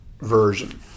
version